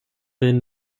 den